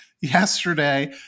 yesterday